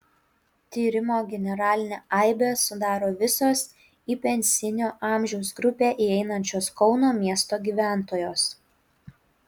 tyrimo generalinę aibę sudaro visos į pensinio amžiaus grupę įeinančios kauno miesto gyventojos